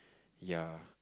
ya